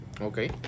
Okay